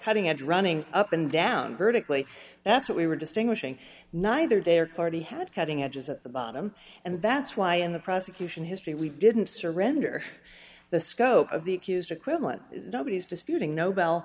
cutting edge running up and down vertically that's what we were distinguishing neither day or clarity had cutting edges at the bottom and that's why in the prosecution history we didn't surrender the scope of the accused equivalent nobody's disputing nobel